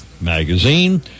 magazine